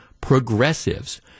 progressives